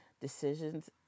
decisions